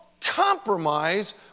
compromise